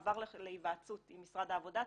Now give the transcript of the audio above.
עבר להיוועצות עם משרד העבודה,